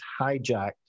hijacked